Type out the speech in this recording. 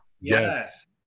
Yes